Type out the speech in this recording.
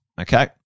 okay